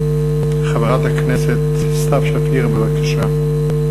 חברת הכנסת סתיו שפיר, בבקשה.